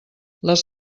les